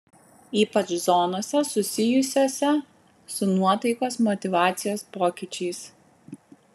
ypač zonose susijusiose su nuotaikos motyvacijos pokyčiais